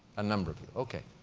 a number of you. okay.